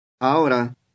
Ahora